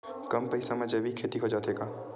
कम पईसा मा जैविक खेती हो जाथे का?